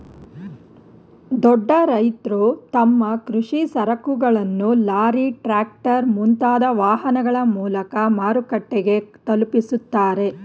ದೊಡ್ಡ ರೈತ್ರು ತಮ್ಮ ಕೃಷಿ ಸರಕುಗಳನ್ನು ಲಾರಿ, ಟ್ರ್ಯಾಕ್ಟರ್, ಮುಂತಾದ ವಾಹನಗಳ ಮೂಲಕ ಮಾರುಕಟ್ಟೆಗೆ ತಲುಪಿಸುತ್ತಾರೆ